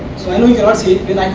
so i know you cannot see it,